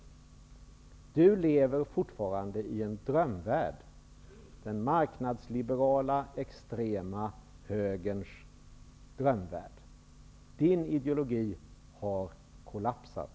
Ian Wachtmeister lever fortfarande i en drömvärld, den marknadsliberala och extrema högerns drömvärld. Hans ideologi har kollapsat.